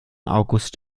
august